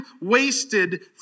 wasted